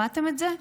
שמעתם את זה?